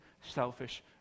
selfish